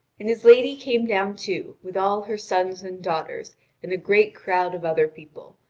and his lady came down, too, with all her sons and daughters and a great crowd of other people,